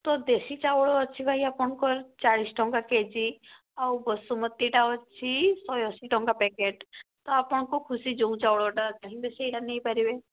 ତ ଦେଶୀ ଚାଉଳ ଅଛି ଭାଇ ଆପଣଙ୍କର ଚାଳିଶ ଟଙ୍କା କେଜି ଆଉ ବସୁମତିଟା ଅଛି ଶହେ ଅଶି ଟଙ୍କା ପ୍ୟାକେଟ୍ ତ ଆପଣଙ୍କ ଖୁସି ଯେଉଁ ଚାଉଳଟା ଚାହିଁବେ ସେଇଟା ନେଇପାରିବେ